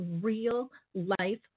real-life